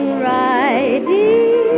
writing